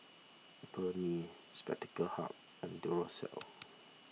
Burnie Spectacle Hut and Duracell